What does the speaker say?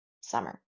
summer